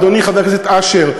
אדוני חבר הכנסת אשר,